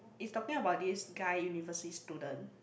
is talking about this guy university student